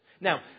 Now